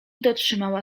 dotrzymała